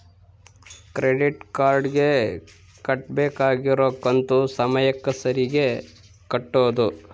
credit card ಗೆ ಕಟ್ಬಕಾಗಿರೋ ಕಂತು ಸಮಯಕ್ಕ ಸರೀಗೆ ಕಟೋದು